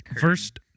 First